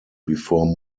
before